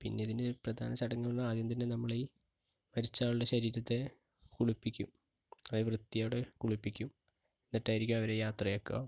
പിന്നെയിതിന് പ്രധാന ചടങ്ങുകൾ ആദ്യം തന്നെ നമ്മൾ ഈ മരിച്ച ആളുടെ ശരീരത്തെ കുളിപ്പിക്കും നല്ല വൃത്തിയോടെ കുളിപ്പിക്കും എന്നിട്ടായിരിക്കും അവരെ യാത്രയാക്കുക